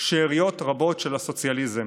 שאריות רבות של הסוציאליזם.